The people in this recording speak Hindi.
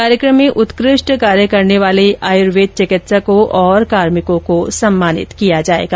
कार्यक्रम में उत्कृष्ट कार्य करने वाले आयुर्वेद चिकित्सकों और कार्मिकों का सम्मान किया जाएगा